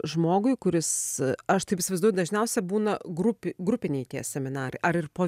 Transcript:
žmogui kuris aš taip įsivaizduoju dažniausia būna grupi grupiniai tie seminarai ar ir po